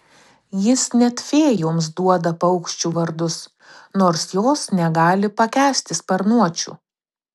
jis net fėjoms duoda paukščių vardus nors jos negali pakęsti sparnuočių